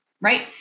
right